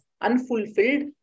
unfulfilled